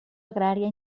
agrària